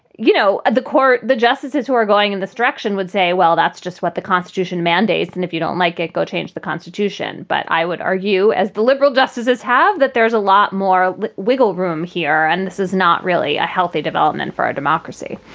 you know, at the court, the justices who are going in this direction would say, well, that's just what the constitution mandates. and if you don't like it, go change the constitution. but i would argue, as the liberal justices have, that there is a lot more wiggle room here. and this is not really a healthy development for our democracy